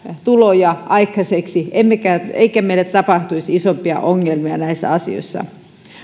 tuloja aikaiseksi eikä meille tapahtuisi isompia ongelmia näissä asioissa